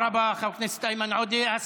תודה רבה, חבר הכנסת איימן עודה.